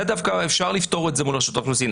זה דווקא אפשר לפתור מול רשות האוכלוסין.